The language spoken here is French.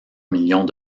millions